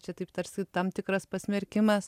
čia taip tarsi tam tikras pasmerkimas